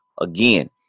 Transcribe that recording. Again